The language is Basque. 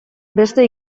beste